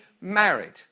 married